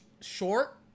short